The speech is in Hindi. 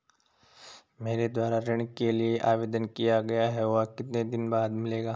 मेरे द्वारा ऋण के लिए आवेदन किया गया है वह कितने दिन बाद मिलेगा?